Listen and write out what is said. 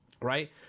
Right